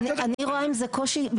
אני רואה עם זה קושי.